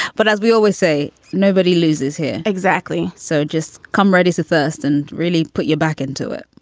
but as we always say, nobody loses here. exactly. so just come ready to first and really put your back into it